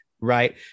right